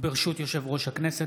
ברשות יושב-ראש הכנסת,